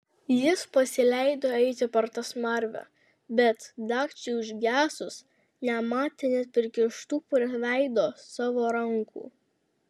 jis pasileido eiti per tą smarvę bet dagčiai užgesus nematė net prikištų prie veido savo rankų